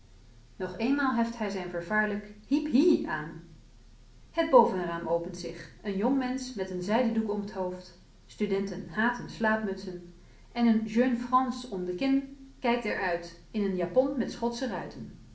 nog eenmaal heft hij zijn vervaarlijk hiep hie aan het bovenraam opent zich een jong mensch met een zijden doek om t hoofd studenten haten slaapmutsen en een jeune france om de kin kijkt er uit in een japon met schotsche ruiten